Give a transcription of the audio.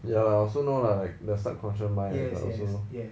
ya I also know like the subconscious mind can also